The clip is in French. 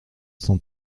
cent